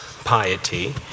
piety